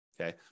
Okay